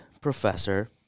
Professor